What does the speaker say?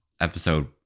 episode